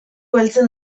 heltzen